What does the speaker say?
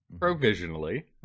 provisionally